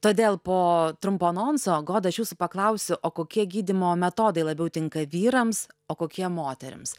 todėl po trumpo anonso goda aš jūsų paklausiu o kokie gydymo metodai labiau tinka vyrams o kokie moterims